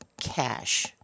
cash